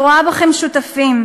אני רואה בכם שותפים.